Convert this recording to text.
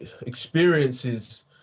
experiences